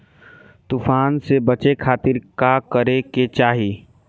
तूफान से बचे खातिर का करे के चाहीं?